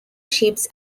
ships